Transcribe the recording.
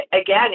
Again